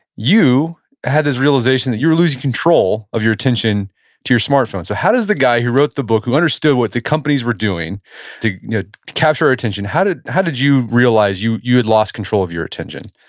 you had this realization that you were losing control of your attention to your smartphone. so how does the guy who wrote the book, who understood what the companies were doing to capture our attention, how did how did you realize you you had lost control of your attention?